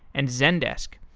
and zendesk.